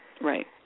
Right